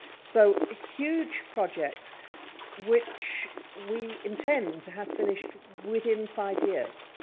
so huge project which we intend to have finished within five years.